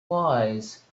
wise